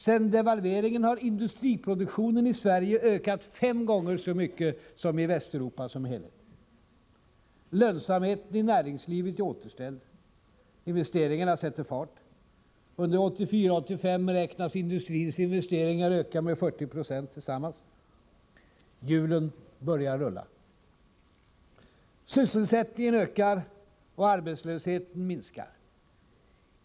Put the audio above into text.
Sedan devalveringen har industriproduktionen i Sverige ökat fem gånger så mycket som i Västeuropa som helhet. Lönsamheten i näringslivet är återställd. Investeringarna sätter fart. Under 1984 och 1985 beräknas industrins investeringar öka med sammanlagt 40 20. Hjulen börjar rulla. Sysselsättningen ökar och arbetslösheten minskar.